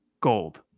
gold